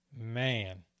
Man